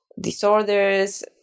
disorders